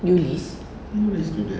yulis